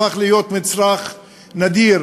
הפך להיות מצרך נדיר